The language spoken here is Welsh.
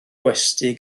gwesty